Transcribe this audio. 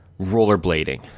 rollerblading